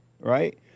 Right